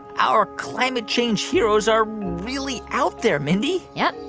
our climate change heroes are really out there, mindy yup,